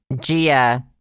gia